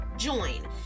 join